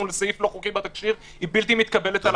לסעיף לא חוקי בתקשי"ר היא בלתי מתקבלת על הדעת.